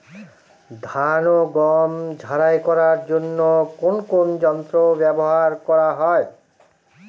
ধান ও গম ঝারাই করার জন্য কোন কোন যন্ত্র ব্যাবহার করা হয়?